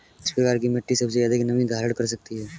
किस प्रकार की मिट्टी सबसे अधिक नमी धारण कर सकती है?